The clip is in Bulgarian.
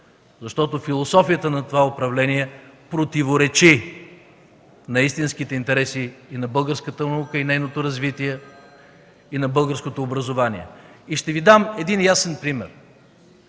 защото философията на това управление противоречи на истинските интереси на българската наука и нейното развитие и на българското образование. Ще Ви дам един ясен пример.